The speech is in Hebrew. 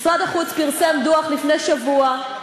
משרד החוץ פרסם דוח לפני שבוע,